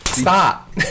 Stop